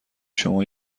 شما